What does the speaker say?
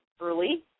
early